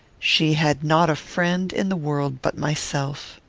she had not a friend in the world but myself.